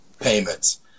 payments